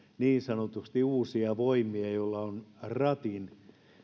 niin sanotusti uusia voimia joilla on ratin